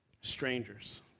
strangers